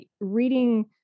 reading